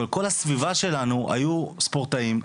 כל הסביבה שלנו היו ספורטאים,